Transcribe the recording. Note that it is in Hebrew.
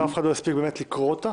ואף אחד לא הספיק לקרוא אותה